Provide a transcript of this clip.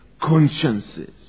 consciences